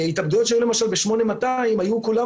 התאבדויות שהיו למשל ב-8200 היו כולן